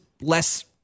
less